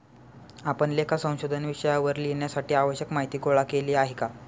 आपण लेखा संशोधन विषयावर लिहिण्यासाठी आवश्यक माहीती गोळा केली आहे का?